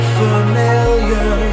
familiar